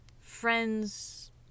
friends